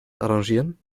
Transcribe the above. arrangieren